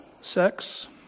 sex